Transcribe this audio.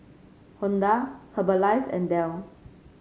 Honda Herbalife and Dell